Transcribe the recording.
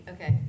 Okay